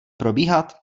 probíhat